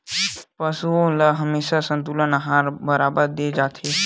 पशुओं ल हमेशा संतुलित आहार काबर दे जाथे?